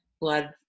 blood